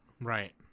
Right